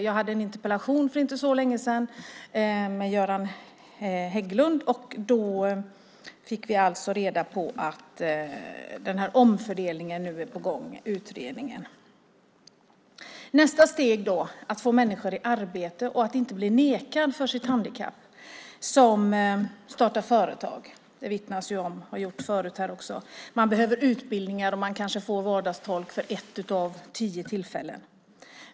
Jag hade en interpellationsdebatt för inte så länge sedan med Göran Hägglund, och då fick vi reda på att en omfördelning nu är på gång, en utredning. Nästa steg är att få människor i arbete, att de inte blir nekade på grund av sitt handikapp när de startar företag. Det har vittnats om det förut här. Man behöver utbildningar, och man kanske får vardagstolk för ett av tio tillfällen.